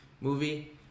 movie